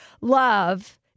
love